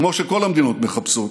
כמו שכל המדינות מחפשות,